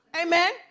Amen